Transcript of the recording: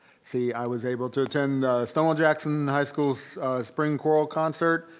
see, i was able to attend stonewall jackson high school's spring choral concert.